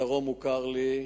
הדרום מוכר לי,